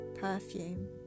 perfume